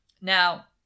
Now